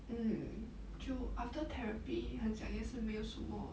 嗯就 after therapy 很像也是没有什么